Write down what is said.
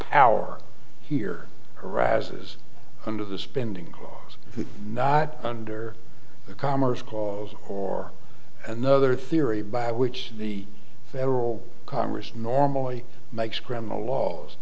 power here arises under the spending clause not under the commerce clause or another theory by which the federal congress normally makes criminal laws